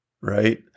right